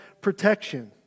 protection